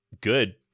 good